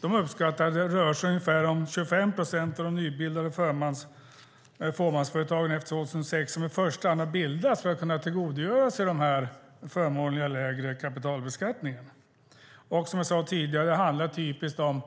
De uppskattar att det rör sig om ungefär 25 procent av de nybildade fåmansföretagen efter 2006 som i första hand har bildats för att kunna tillgodogöra sig den här förmånliga, lägre kapitalbeskattningen. Som jag sade tidigare handlar det mestadels om